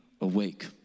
awake